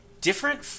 different